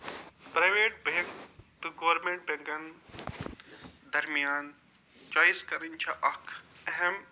private bank تہٕ government بینٛکن درمِیان چوایِس کَرٕنۍ چھِ اَکھ اہم